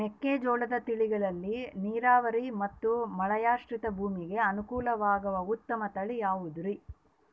ಮೆಕ್ಕೆಜೋಳದ ತಳಿಗಳಲ್ಲಿ ನೇರಾವರಿ ಮತ್ತು ಮಳೆಯಾಶ್ರಿತ ಭೂಮಿಗೆ ಅನುಕೂಲವಾಗುವ ಉತ್ತಮ ತಳಿ ಯಾವುದುರಿ?